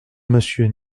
monsieur